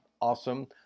awesome